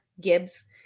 Gibbs